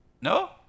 No